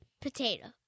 potato